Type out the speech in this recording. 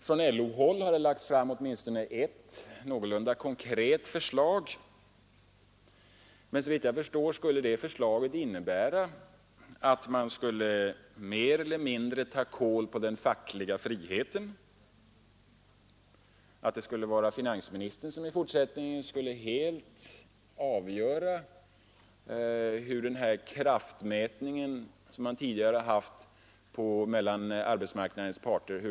Från LO-håll har det lagts fram åtminstone ett någorlunda konkret förslag, men såvitt jag förstår innebär det förslaget att man mer eller mindre skulle ta kål på den fackliga friheten och att finansministern i fortsättningen helt skulle få avgörandet i sin hand i stället för att man som nu har en kraftmätning mellan arbetsmarknadens parter.